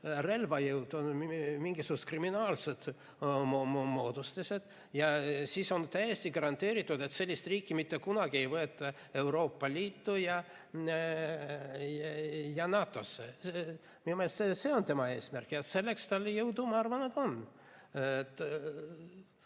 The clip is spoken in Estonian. relvajõud on mingisugused kriminaalsed moodustised, ja siis on täiesti garanteeritud, et sellist riiki mitte kunagi ei võeta Euroopa Liitu ega NATO‑sse. Minu meelest see on tema eesmärk ja selleks, ma arvan, tal